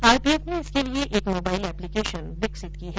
RPF ने इसके लिए एक मोबाइन एप्लीकेशन विकसित की है